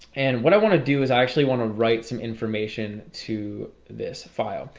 and what i want to do is i actually want to write some information to this file.